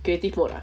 creative mode ah